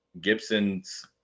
Gibson's